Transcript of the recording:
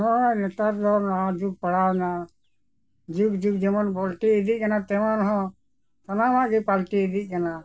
ᱦᱮᱸ ᱱᱮᱛᱟᱨ ᱫᱚ ᱱᱟᱣᱟ ᱡᱩᱜᱽ ᱯᱟᱲᱟᱣ ᱮᱱᱟ ᱡᱩᱜᱽ ᱡᱩᱜᱽ ᱡᱮᱢᱚᱱ ᱯᱟᱞᱴᱤ ᱤᱫᱤᱜ ᱠᱟᱱᱟ ᱛᱮᱢᱚᱱ ᱦᱚᱸ ᱥᱟᱱᱟᱢᱟᱜ ᱜᱮ ᱯᱟᱞᱴᱤ ᱤᱫᱤᱜ ᱠᱟᱱᱟ